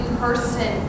person